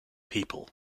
people